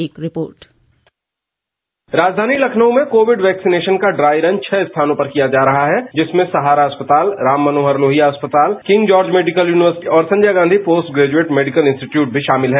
एक रिपोर्ट राजधानी लखनऊ में कोविड वैक्सीनेशन का ड्राई रन छह स्थानों पर किया जा रहा है जिनमें सहारा अस्पताल राम मनोहर लोहिया अस्पताल किंग जॉर्ज मेडिकल यूनिवर्सिटी और Sanjay Gandhi postgraduate medical institute भी शामिल है